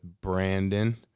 Brandon